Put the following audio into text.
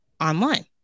online